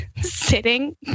sitting